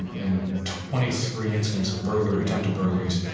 in twenty three incidents of burglary attempted burglaries,